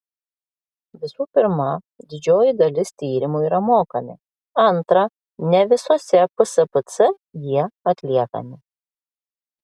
visų pirma didžioji dalis tyrimų yra mokami antra ne visose pspc jie atliekami